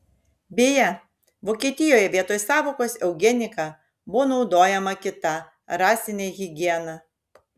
beje vokietijoje vietoj sąvokos eugenika buvo naudojama kita rasinė higiena